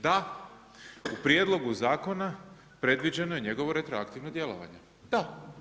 Da, u prijedlogu zakona predviđeno je njegovo retroaktivno djelovanje, da.